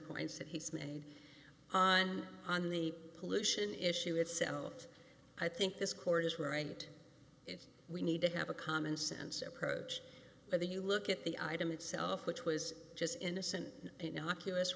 points that he's made on on the pollution issue itself i think this court is right if we need to have a common sense approach but the you look at the item itself which was just innocent